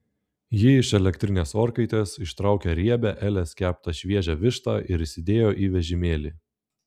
ji iš elektrinės orkaitės ištraukė riebią elės keptą šviežią vištą ir įsidėjo į vežimėlį